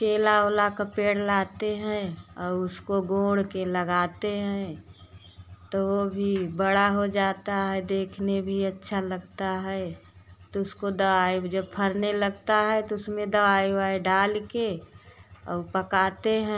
केला ओला का पेड़ लाते हैं और उसको गोंड़ के लगाते हैं तो वो भी बड़ा हो जाता है देखने भी अच्छा लगता है तो उसको दवाई जब फरने लगता है तो उसमें दवाई ओवाई डाल के और पकाते हैं